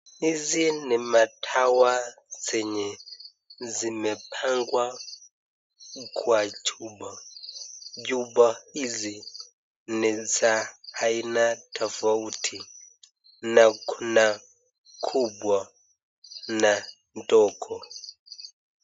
Hizi ni madawa zenye zimepangwa kwa chupa, chupa hizi ni za aina tofauti na kuna kubwa na ndogo.